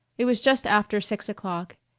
it was just after six o'clock,